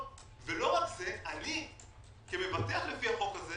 ואני כמבטח לפי החוק הזה,